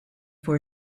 for